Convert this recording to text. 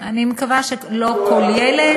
אני מקווה שלא כל ילד.